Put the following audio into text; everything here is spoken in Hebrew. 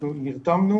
אנחנו נרתמנו